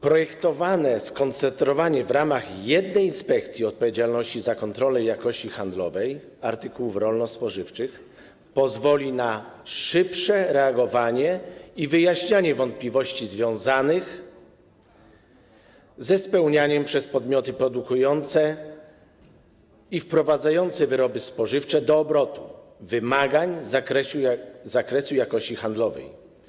Projektowane skoncentrowanie w ramach jednej inspekcji odpowiedzialności za kontrolę jakości handlowej artykułów rolno-spożywczych pozwoli na szybsze reagowanie i wyjaśnianie wątpliwości związanych ze spełnianiem przez podmioty produkujące i wprowadzające wyroby spożywcze do obrotu wymagań z zakresu jakości handlowej.